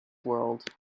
world